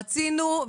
רצינו,